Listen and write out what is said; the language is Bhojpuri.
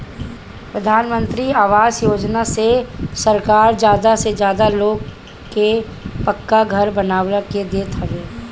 प्रधानमंत्री आवास योजना से सरकार ज्यादा से ज्यादा लोग के पक्का घर बनवा के देत हवे